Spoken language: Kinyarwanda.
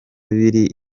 biri